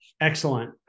Excellent